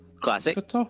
Classic